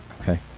Okay